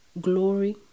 glory